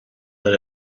that